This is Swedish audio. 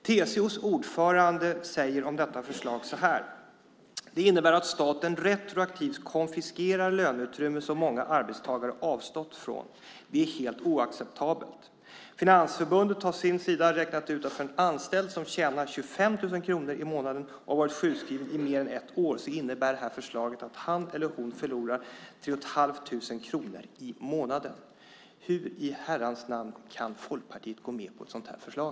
TCO:s ordförande säger om detta förslag: Det innebär att staten retroaktivt konfiskerar löneutrymme som många arbetstagare har avstått från. Det är helt oacceptabelt. Finansförbundet har å sin sida räknat ut att för en anställd som tjänar 25 000 kronor i månaden och har varit sjukskriven i mer än ett år innebär förslaget att han eller hon förlorar 3 500 kronor i månaden. Hur i herrans namn kan Folkpartiet gå med på ett sådant förslag?